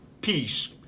Peace